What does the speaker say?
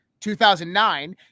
2009